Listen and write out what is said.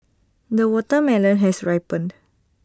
the watermelon has ripened